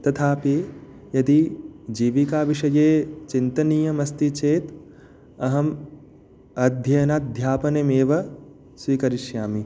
तथापि यदि जीविकाविषये चिन्तनीयमस्ति चेत् अहम् अध्ययनाध्यापनमेव स्वीकरिष्यामि